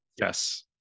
yes